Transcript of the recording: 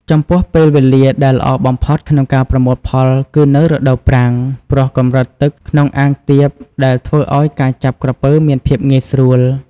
ចំពោះពេលវេលាដែលល្អបំផុតក្នុងការប្រមូលផលគឺនៅ រដូវប្រាំង ព្រោះកម្រិតទឹកក្នុងអាងទាប ដែលធ្វើឲ្យការចាប់ក្រពើមានភាពងាយស្រួល។